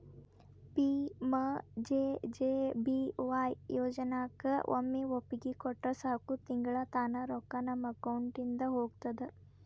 PMJJBY ಯೋಜನಾಕ ಒಮ್ಮೆ ಒಪ್ಪಿಗೆ ಕೊಟ್ರ ಸಾಕು ತಿಂಗಳಾ ತಾನ ರೊಕ್ಕಾ ನಮ್ಮ ಅಕೌಂಟಿದ ಹೋಗ್ತದ